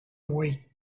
away